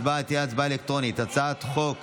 ההצבעה תהיה הצבעה אלקטרונית הצעת חוק